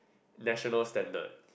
national standard